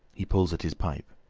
he pulls at his pipe.